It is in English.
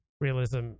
Realism